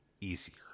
easier